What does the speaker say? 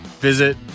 Visit